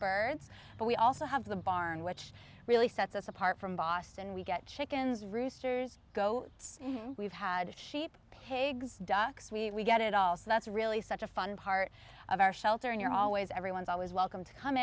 birds but we also have the barn which really sets us apart from boston we get chickens roosters go we've had sheep pigs ducks we get it all so that's really such a fun part of our shelter and you're always everyone's always welcome to come